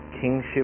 kingship